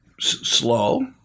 slow